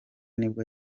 nibwo